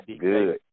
good